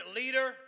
leader